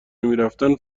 نمیرفتن